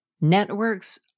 Networks